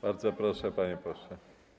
Bardzo proszę, panie pośle.